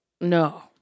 No